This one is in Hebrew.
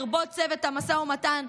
לרבות צוות המשא ומתן,